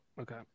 okay